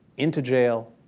into jail,